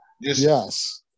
Yes